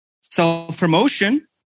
Self-promotion